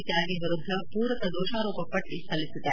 ತ್ಯಾಗಿ ವಿರುದ್ದ ಪೂರಕ ದೋಷಾರೋಪ ಪಟ್ಟಿಯನ್ನು ಸಲ್ಲಿಸಿದೆ